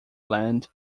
land